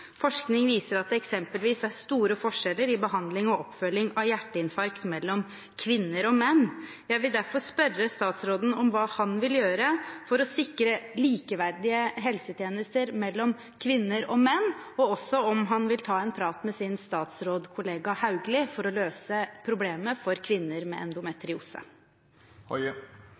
Forskning viser at det eksempelvis er store forskjeller mellom kvinner og menn i behandling og oppfølging av hjerteinfarkt. Jeg vil derfor spørre statsråden om hva han vil gjøre for å sikre likeverdige helsetjenester for kvinner og menn, og også om han vil ta en prat med sin statsrådskollega Hauglie for å løse problemet for kvinner med